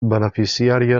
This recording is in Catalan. beneficiària